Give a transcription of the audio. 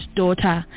daughter